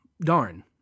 darn